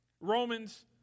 Romans